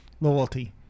Loyalty